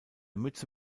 mütze